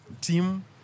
team